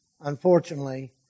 unfortunately